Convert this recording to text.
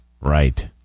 Right